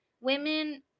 women